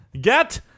Get